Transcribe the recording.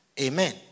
Amen